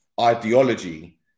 ideology